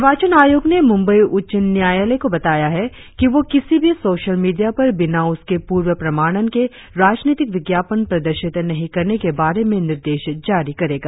निर्वाचन आयोग ने मुंबई उच्च न्यायालय को बताया है कि वह किसी भी सोशल मीडिया पर बिना उसके पूर्व प्रमाणन के राजनीतिक विज्ञापन प्रदर्शित नहीं करने के बारे में निर्देश जारी करेगा